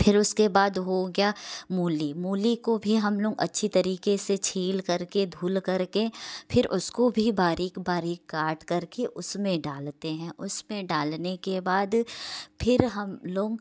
फिर उसके बाद हो गया मूली मूली को भी हम लोग अच्छी तरीके से छीलकर के धुलकर के फिर उसको भी बारीक बारीक काटकर के उसमें डालते हैं उसमें डालने के बाद फिर हम लोग